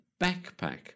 backpack